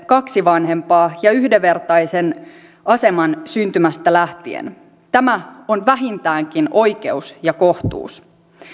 kaksi vanhempaa ja yhdenvertaisen aseman syntymästä lähtien tämä on vähintäänkin oikeus ja kohtuus